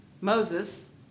Moses